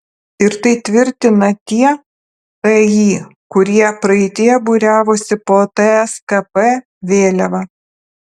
ir tai tvirtina tie ti kurie praeityje būriavosi po tskp vėliava